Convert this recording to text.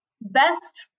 best